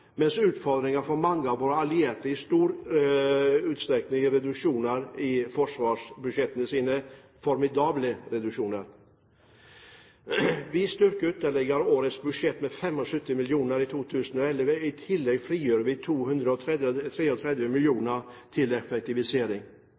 mens utfordringene for mange av våre allierte i stor utstrekning er reduksjoner i forsvarsbudsjettene – formidable reduksjoner. Vi styrker årets budsjett ytterligere med 75 mill. kr i 2011. I tillegg frigjør vi